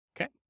okay